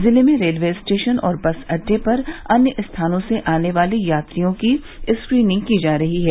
जिले में railway station और बस अड्डे पर अन्य स्थानों से आने वाले यात्रियों की स्क्रीनिंग की जा रही है